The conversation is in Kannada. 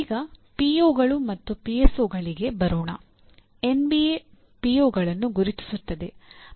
ಈಗ ಈ ಪಿಒಗಳು ನೋಡಬಹುದು